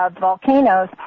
volcanoes